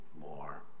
more